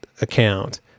account